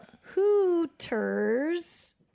Hooters